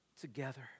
together